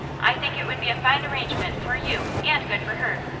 i think it would be a fine arrangement for you and good for her.